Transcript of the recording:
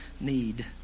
need